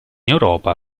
europa